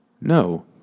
No